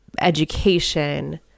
education